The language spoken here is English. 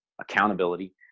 accountability